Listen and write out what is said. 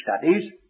studies